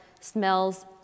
smells